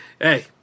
hey